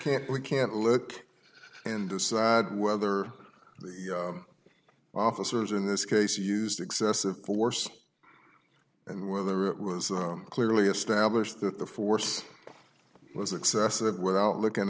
can't we can't look and decide whether the officers in this case used excessive force and whether it was clearly established that the force was excessive without looking